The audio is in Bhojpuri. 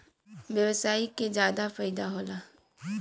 व्यवसायी के जादा फईदा होला